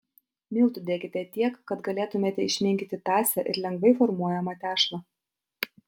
miltų dėkite tiek kad galėtumėte išminkyti tąsią ir lengvai formuojamą tešlą